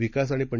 विकास आणि पं